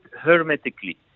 hermetically